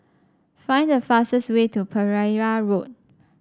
find the fastest way to Pereira Road